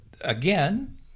again